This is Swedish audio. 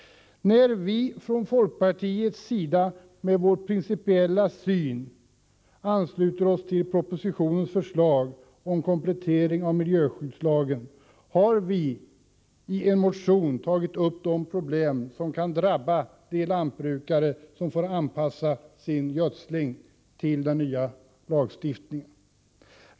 Med hänsyn till vår principiella syn ansluter vi från folkpartiets sida oss vi har i en motion tagit upp de problem som kan drabba de lantbrukare som får anpassa sin gödsling till den nya lagstiftningen.